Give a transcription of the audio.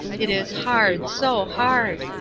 it is hard, so hard.